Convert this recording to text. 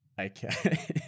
Okay